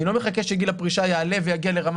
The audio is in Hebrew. אני לא מחכה שגיל הפרישה יעלה ויגיע לרמה